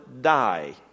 die